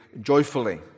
joyfully